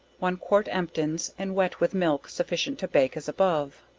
one quart emptins and wet with milk, sufficient to bake, as above.